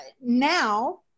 now